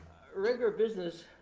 regular business,